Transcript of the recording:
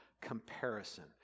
comparison